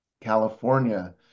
california